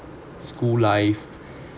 school life